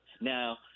now